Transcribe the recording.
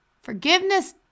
forgiveness